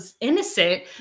innocent